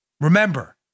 Remember